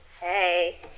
Hey